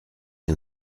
and